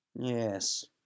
Yes